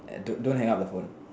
and don't don't hang up the phone